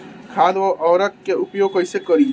खाद व उर्वरक के उपयोग कईसे करी?